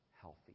healthy